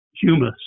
humus